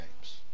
games